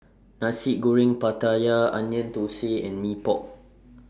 Nasi Goreng Pattaya Onion Thosai and Mee Pok